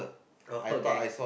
oh okay